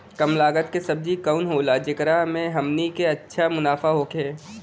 कम लागत के सब्जी कवन होला जेकरा में हमनी के अच्छा मुनाफा होखे?